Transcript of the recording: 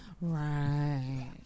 Right